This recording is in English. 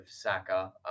Saka